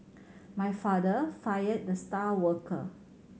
my father fired the star worker